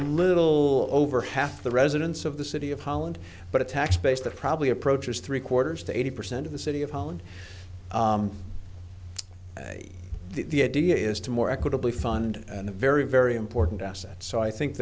little over half the residents of the city of holland but a tax base that probably approaches three quarters to eighty percent of the city of holland the idea is to more equitably fund and a very very important asset so i think